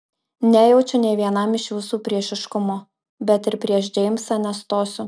nejaučiu nė vienam iš jūsų priešiškumo bet ir prieš džeimsą nestosiu